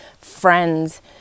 friends